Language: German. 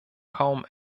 kaum